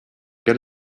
get